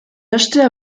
achetées